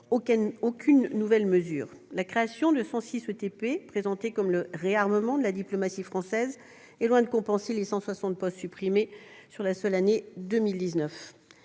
aucune nouvelle mesure. La création de 106 ETP, présentée comme le « réarmement » de la diplomatie française, est loin de compenser la suppression de 160 postes sur la seule année 2019.